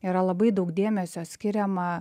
yra labai daug dėmesio skiriama